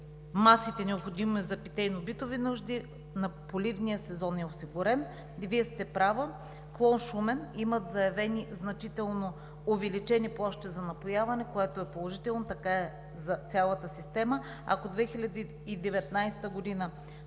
масите, необходими за питейно-битови нужди, поливният сезон е осигурен. И Вие сте права – клон Шумен има заявени значително увеличени площи за напояване, което е положително – така е за цялата система. Ако през 2019